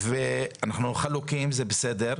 חשוב לומר,